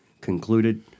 concluded